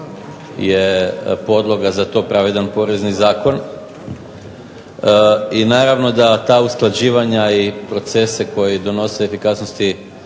je podloga za to pravedan Porezni zakon i naravno da ta usklađivanja i procese koji donose efikasnosti